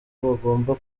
bagomba